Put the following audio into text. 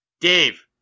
Dave